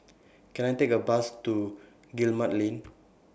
Can I Take A Bus to Guillemard Lane